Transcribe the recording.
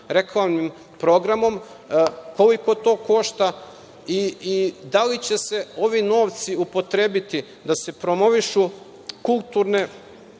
reklamnim programom, koliko to košta i da li će se ovi novci upotrebiti da se promovišu kulturne,